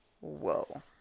whoa